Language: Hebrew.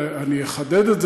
ואני אחדד את זה,